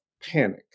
panic